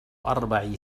أربع